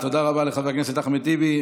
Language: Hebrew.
תודה רבה לחבר הכנסת אחמד טיבי.